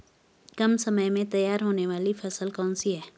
कम समय में तैयार होने वाली फसल कौन सी है?